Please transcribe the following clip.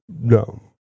No